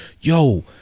yo